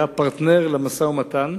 היה פרטנר למשא-ומתן,